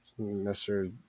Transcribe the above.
Mr